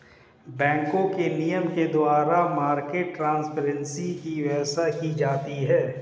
बैंकों के नियम के द्वारा मार्केट ट्रांसपेरेंसी की व्यवस्था की जाती है